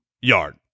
yard